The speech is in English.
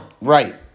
Right